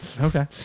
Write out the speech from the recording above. Okay